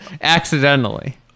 accidentally